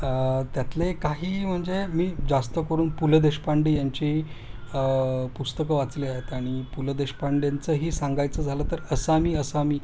त्यातले काही म्हंजे मी जास्त करून पु ल देशपांडे यांची पुस्तकं वाचले आहेत आणि पुलं देशपांड्यांचंही सांगायचं झालं तर असा मी असामी